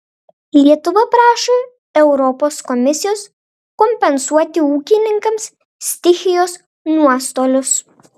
lietuva prašo europos komisijos kompensuoti ūkininkams stichijos nuostolius